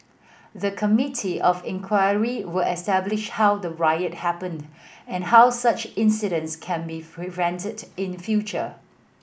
the Committee of Inquiry will establish how the riot happened and how such incidents can be prevented in future